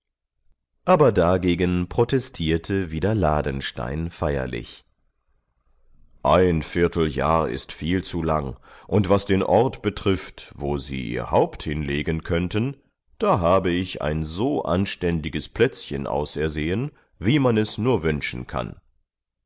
aber dagegen protestierte wieder ladenstein feierlich ein vierteljahr ist viel zu lang und was den ort betrifft wo sie ihr haupt hinlegen könnten da habe ich ein so anständiges plätzchen ausersehen wie man es nur wünschen kann